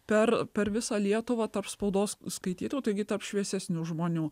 per per visą lietuvą tarp spaudos skaitytų taigi taps šviesesnių žmonių